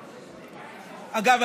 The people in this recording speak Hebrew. אגב,